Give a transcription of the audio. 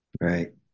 Right